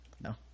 no